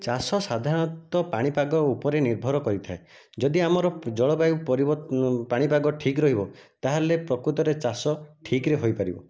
ଚାଷ ସାଧାରଣତଃ ପାଣିପାଗ ଉପରେ ନିର୍ଭର କରିଥାଏ ଯଦି ଆମର ଜଳବାୟୁ ପାଣିପାଗ ଠିକ ରହିବ ତାହେଲେ ପ୍ରକୃତରେ ଚାଷ ଠିକରେ ହୋଇପାରିବ